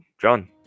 John